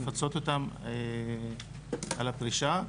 לפצות אותם על הפרישה.